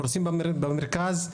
הורסים במרכז,